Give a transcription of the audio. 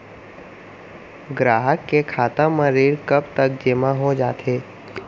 ग्राहक के खाता म ऋण कब तक जेमा हो जाथे?